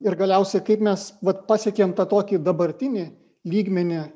ir galiausiai kaip mes vat pasiekėm tokį dabartinį lygmenį